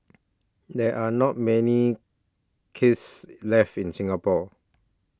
there are not many kiss left in Singapore